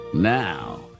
Now